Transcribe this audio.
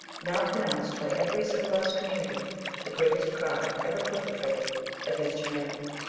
now pronounced by every civilised community the greatest crime ever perpetrated against humanity.